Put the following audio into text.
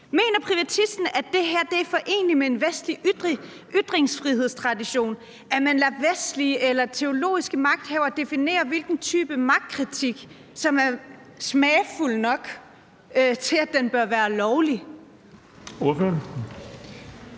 Mener privatisten, at det er foreneligt med en vestlig ytringsfrihedstradition, at man lader vestlige eller teologiske magthavere definere, hvilken type magtkritik der er smagfuld nok til, at den bør være lovlig?